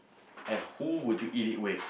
and who would you eat it with